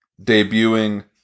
debuting